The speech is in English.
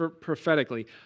prophetically